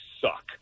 suck